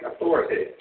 authority